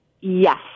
Yes